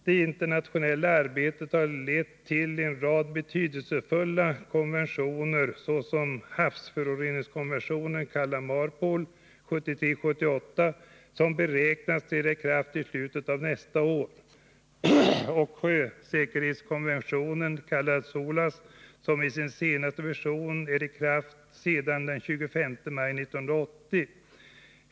Det internationella arbetet har lett till en rad betydelsefulla konventioner, såsom havsföroreningskonventionen, kallad MARPOL 73/78, som beräknas träda i kraft i slutet av nästa år, och sjösäkerhetskonventionen, kallad SOLAS, som i sin senaste version är i kraft sedan den 25 maj 1980.